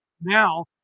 Now